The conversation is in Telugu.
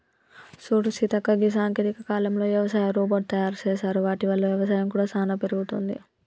సూడు సీతక్క గీ సాంకేతిక కాలంలో యవసాయ రోబోట్ తయారు సేసారు వాటి వల్ల వ్యవసాయం కూడా సానా పెరుగుతది